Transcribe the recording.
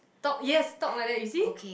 talk yes talk like that you see